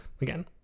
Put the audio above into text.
again